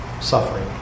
Suffering